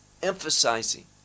emphasizing